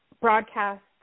broadcast